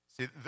See